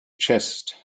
chest